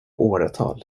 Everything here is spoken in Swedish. åratal